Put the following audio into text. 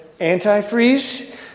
antifreeze